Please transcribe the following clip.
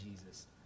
Jesus